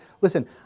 listen